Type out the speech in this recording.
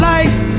Life